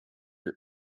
your